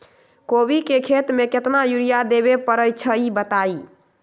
कोबी के खेती मे केतना यूरिया देबे परईछी बताई?